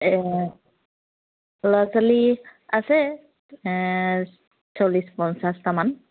ল'ৰা ছোৱালী আছে চল্লিছ পঞ্চাছটামান